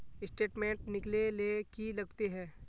Statement निकले ले की लगते है?